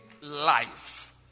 life